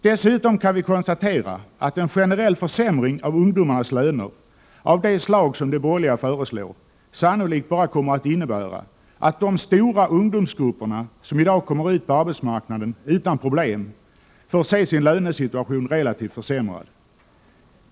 Dessutom kan vi konstatera att en generell försämring av ungdomars löner, av det slag som de borgerliga föreslår, sannolikt bara kommer att innebära att de stora ungdomsgrupper som i dag kommer ut på arbetsmarknaden utan problem får se sin lönesituation relativt försämrad.